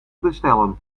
bestellen